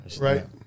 Right